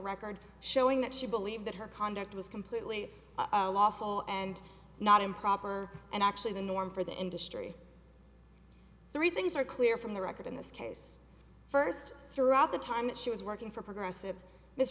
record showing that she believed that her conduct was completely lost all and not improper and actually the norm for the industry three things are clear from the record in this case first throughout the time that she was working for progressive this